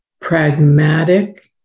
pragmatic